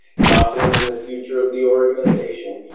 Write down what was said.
confidence in the future of the organization,